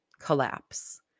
collapse